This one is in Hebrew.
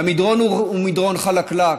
והמדרון הוא מדרון חלקלק,